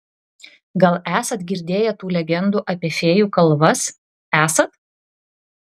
gal esat girdėję tų legendų apie fėjų kalvas esat